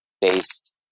based